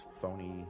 phony